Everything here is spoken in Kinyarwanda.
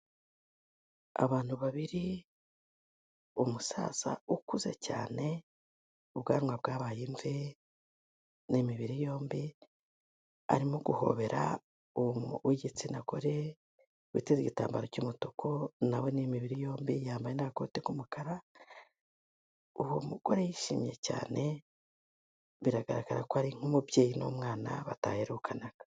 Abantu babiri umusaza ukuze cyane ubwanwa bwabaye imvi, ni imibiri yombi arimo guhobera umuntu w'igitsina gore witeze igitambaro cy'umutuku nawe ni imibiri yombi yambaye n'agakote k'umukara. Uwo mugore yishimye cyane biragaragara ko ari nk'umubyeyi n'umwana bataherukanaga.